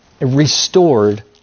restored